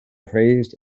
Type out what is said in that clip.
praised